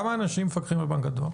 כמה אנשים מפקחים על בנק הדואר?